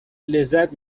لذت